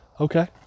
Okay